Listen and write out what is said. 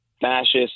fascist